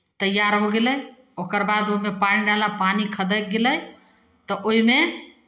तैयार हो गेलै ओकर बाद ओहिमे पानि डालब पानि खदकि गेलै तऽ ओहिमे